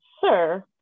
sir